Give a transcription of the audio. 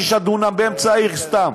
שישה דונם באמצע העיר סתם.